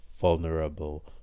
vulnerable